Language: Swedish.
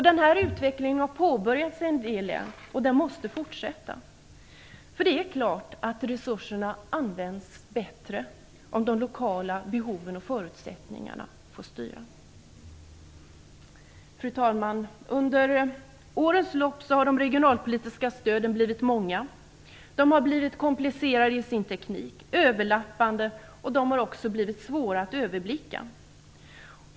En sådan utveckling har påbörjats inom en del län men måste fortsätta. Det är klart att resurserna används bättre om de lokala behoven och förutsättningarna får styra. Fru talman! Under årens lopp har de regionalpolitiska stöden blivit många, komplicerade i sin teknik, överlappande och därmed svåra att överblicka.